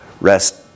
rest